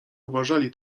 uważali